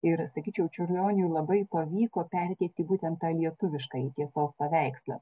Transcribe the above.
ir sakyčiau čiurlioniui labai pavyko perteikti būtent tą lietuviškąjį tiesos paveikslą